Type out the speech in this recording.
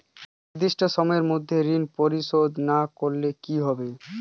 নির্দিষ্ট সময়ে মধ্যে ঋণ পরিশোধ না করলে কি হবে?